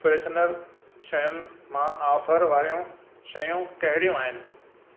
freshener शयुनि मां offer वारियूं शयूं कहिड़ियूं आहिनि